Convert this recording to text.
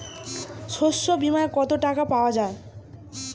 শস্য বিমায় কত টাকা পাওয়া যায়?